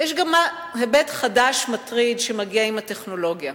יש גם היבט חדש, מטריד, שמגיע עם הטכנולוגיה: